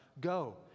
go